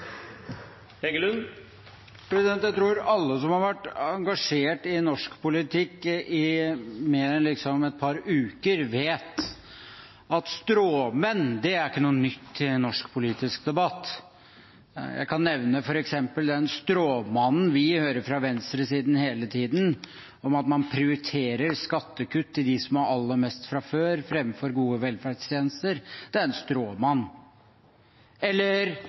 Jeg tror alle som har vært engasjert i norsk politikk i mer enn et par uker, vet at stråmenn ikke er noe nytt i norsk politisk debatt. Jeg kan nevne f.eks. den stråmannen vi hører fra venstresiden hele tiden, om at man prioriterer skattekutt til dem som har aller mest fra før, framfor gode velferdstjenester. Det er en stråmann. Eller,